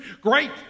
Great